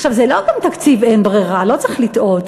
עכשיו, זה לא גם תקציב אין-ברירה, לא צריך לטעות.